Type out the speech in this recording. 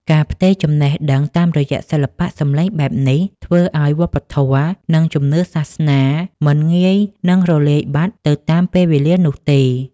ការផ្ទេរចំណេះដឹងតាមរយៈសិល្បៈសម្លេងបែបនេះ ធ្វើឱ្យវប្បធម៌ និងជំនឿសាសនាមិនងាយនឹងរលាយបាត់ទៅតាមពេលវេលានោះទេ